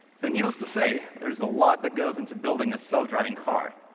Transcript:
so, needless to say, there's a lot that goes into building a self-driving car.